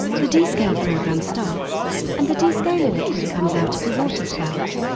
the descale programme starts and the descaler liquid comes out of the water spout.